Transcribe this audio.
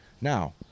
now